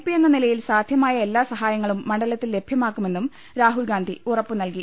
P എന്ന നിലയിൽ സാധ്യമായ എല്ലാ സഹായങ്ങളും മണ്ഡലത്തിൽ ലഭ്യമാക്കുമെന്നും രാഹുൽഗാന്ധി ഉറപ്പുനൽകി